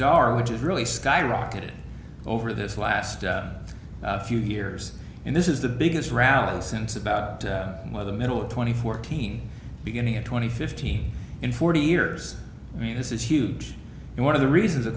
dar which is really skyrocketed over this last few years and this is the biggest rally since about one of the middle of twenty fourteen beginning at twenty fifteen in forty years i mean this is huge and one of the reasons of